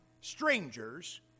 strangers